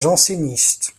janséniste